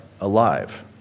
alive